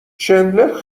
چندلر